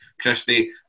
Christy